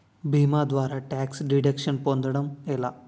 భీమా ద్వారా tax deduction పొందటం ఎలా?